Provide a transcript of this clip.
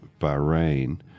Bahrain